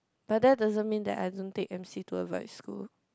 but that doesn't mean that I don't take M_C to avoid school